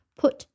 put